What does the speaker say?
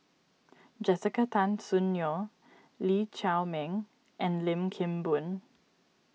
Jessica Tan Soon Neo Lee Chiaw Meng and Lim Kim Boon